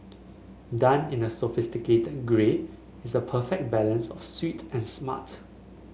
done in a sophisticated grey is a perfect balance of sweet and smart